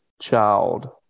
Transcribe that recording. child